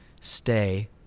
stay